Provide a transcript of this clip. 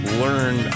learn